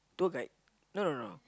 tour guide no no no